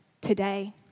today